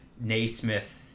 Naismith